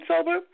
sober